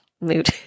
mood